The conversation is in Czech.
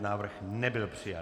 Návrh nebyl přijat.